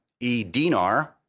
eDinar